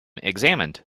examined